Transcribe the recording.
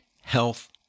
health